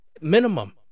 Minimum